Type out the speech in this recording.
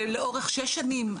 ולאורך שש שנים,